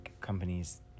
companies